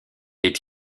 est